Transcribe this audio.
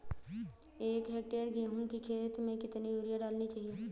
एक हेक्टेयर गेहूँ की खेत में कितनी यूरिया डालनी चाहिए?